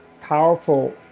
powerful